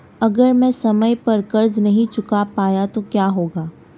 अगर मैं समय पर कर्ज़ नहीं चुका पाया तो क्या होगा?